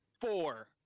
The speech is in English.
four